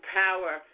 power